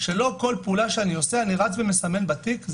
שלא כל פעולה שאני עושה אני רץ ומסמן בתיק.